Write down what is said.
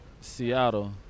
Seattle